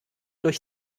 durch